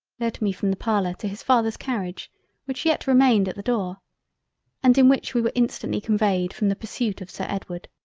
led me from the parlour to his father's carriage which yet remained at the door and in which we were instantly conveyed from the pursuit of sir edward.